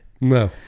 No